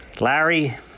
Larry